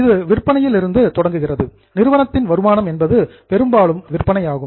இது விற்பனையில் இருந்து தொடங்குகிறது நிறுவனத்தின் வருமானம் என்பது பெரும்பாலும் விற்பனையாகும்